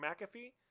McAfee